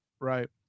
right